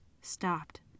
stopped